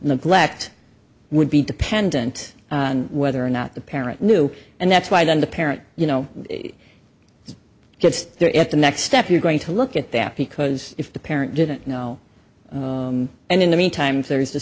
neglect would be dependent on whether or not the parent knew and that's why then the parent you know gets there at the next step you're going to look at that because if the parent didn't know and in the meantime there is the